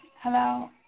Hello